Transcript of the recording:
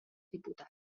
diputats